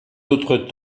autres